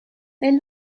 they